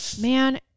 Man